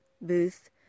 booth